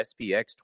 SPX